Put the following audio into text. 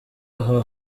aha